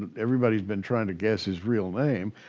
everybody's been trying to guess his real name.